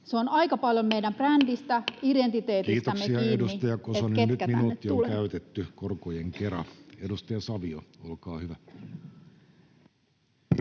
Se on aika paljon meidän brändistä, identiteetistämme kiinni, ketkä tänne tulevat. Kiitoksia, edustaja Kosonen, nyt minuutti on käytetty korkojen kera. — Edustaja Savio, olkaa hyvä. Arvoisa